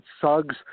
Suggs